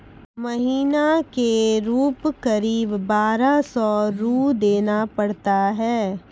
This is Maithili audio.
महीना के रूप क़रीब बारह सौ रु देना पड़ता है?